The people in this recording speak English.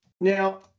Now